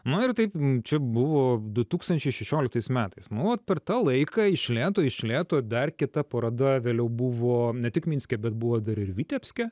na ir taip čia buvo du tūkstančiai šešioliktais metais nu vat per tą laiką iš lėto iš lėto dar kita paroda vėliau buvo tik minske bet buvo dar ir vitebske